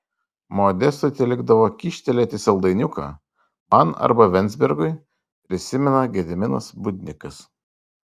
modestui telikdavo kyštelėti saldainiuką man arba venzbergui prisimena gediminas budnikas